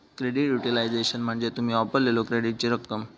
credit utilization म्हणजे तुम्ही वापरलेल्यो क्रेडिटची रक्कम